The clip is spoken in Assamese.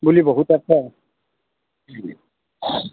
বুলি বহুত অৰ্থ